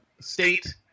state